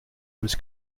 was